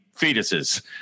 fetuses